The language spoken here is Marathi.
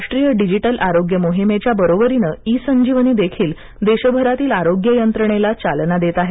राष्ट्रीय डिजिटल आरोग्य मोहिमेच्या बरोबरीनं ई संजीवनी देखील देशभरातील आरोग्य यंत्रणेला चालना देत आहे